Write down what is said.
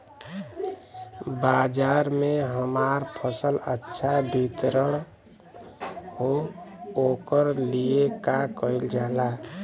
बाजार में हमार फसल अच्छा वितरण हो ओकर लिए का कइलजाला?